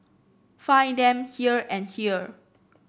find them here and here